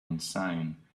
insane